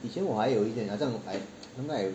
以前我还有一点好像 I sometimes I